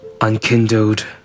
unkindled